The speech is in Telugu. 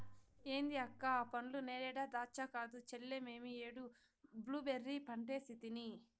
ఏంది అక్క ఆ పండ్లు నేరేడా దాచ్చా కాదు చెల్లే మేమీ ఏడు బ్లూబెర్రీ పంటేసితిని